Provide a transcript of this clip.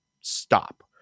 stop